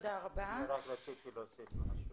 רק להוסיף משהו.